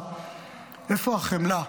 איפה החמלה?